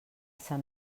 sant